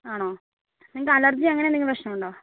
ആണോ നിങ്ങൾക്ക് അലർജി അങ്ങനെ എന്തെങ്കിലും പ്രശ്നം ഉണ്ടോ